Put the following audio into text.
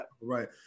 Right